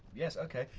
yes, ok.